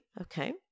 Okay